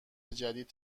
جدید